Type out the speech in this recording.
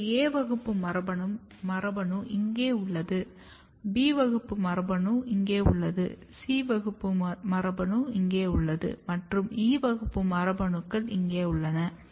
எனவே A வகுப்பு மரபணு இங்கே உள்ளது B வகுப்பு மரபணு இங்கே உள்ளது C வகுப்பு மரபணுக்கள் இங்கே உள்ளன மற்றும் E வகுப்பு மரபணுக்கள் இங்கே உள்ளன